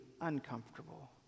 uncomfortable